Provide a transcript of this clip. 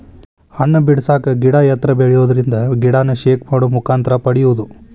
ಹಣ್ಣ ಬಿಡಸಾಕ ಗಿಡಾ ಎತ್ತರ ಬೆಳಿಯುದರಿಂದ ಗಿಡಾನ ಶೇಕ್ ಮಾಡು ಮುಖಾಂತರ ಪಡಿಯುದು